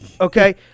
Okay